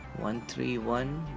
one three one